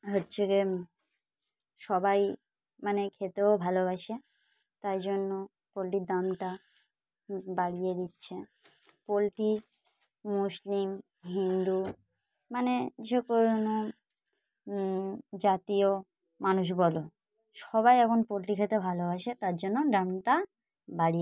হচ্ছে গিয়ে সবাই মানে খেতেও ভালোবাসে তাই জন্য পোলট্রির দামটা বাড়িয়ে দিচ্ছে পোলট্রি মুসলিম হিন্দু মানে যে কোনো জাতীয় মানুষ বলো সবাই এখন পোলট্রি খেতে ভালোবাসে তার জন্য দামটা বাড়িয়ে